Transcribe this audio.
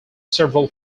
several